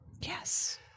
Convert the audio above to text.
Yes